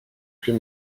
plus